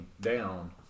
down